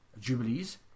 Jubilees